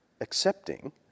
accepting